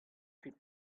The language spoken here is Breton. kuit